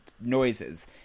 noises